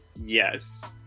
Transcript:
Yes